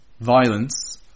violence